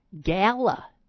Gala